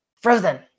frozen